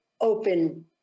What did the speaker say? open